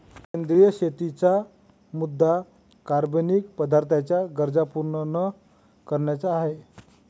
सेंद्रिय शेतीचा मुद्या कार्बनिक पदार्थांच्या गरजा पूर्ण न करण्याचा आहे